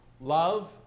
love